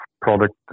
product